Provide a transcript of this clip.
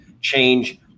change